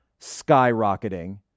skyrocketing